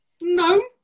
No